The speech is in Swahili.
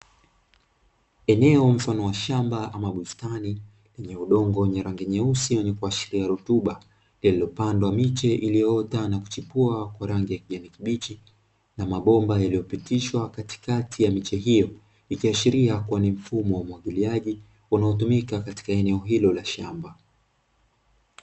Eneo mfano wa shamba ama bustani lenye udongo wenye rangi nyeusi wenye kuashiria rutuba, liliopandwa miche iliyoota na kuchepua kwa rangi ya kijani kibichi na mabomba yaliyo pitishwa katikati ya miche hiyo ikiashiria kuwa ni mfumo wa umwagiliaji unaotumika katika eneo hilo la shamba.